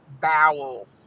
bowel